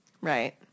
Right